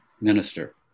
minister